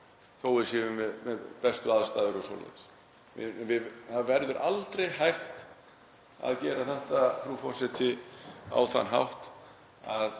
að við séum með bestu aðstæður og svoleiðis. Það verður aldrei hægt að gera þetta, frú forseti, á þann hátt að